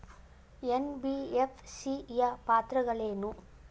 NBFC ಯ ಪಾತ್ರಗಳೇನು?